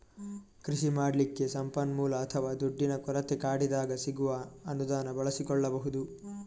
ಕೃಷಿ ಮಾಡ್ಲಿಕ್ಕೆ ಸಂಪನ್ಮೂಲ ಅಥವಾ ದುಡ್ಡಿನ ಕೊರತೆ ಕಾಡಿದಾಗ ಸಿಗುವ ಅನುದಾನ ಬಳಸಿಕೊಳ್ಬಹುದು